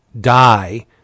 die